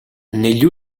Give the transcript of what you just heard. negli